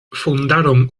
fundaron